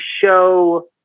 show